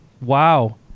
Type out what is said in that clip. wow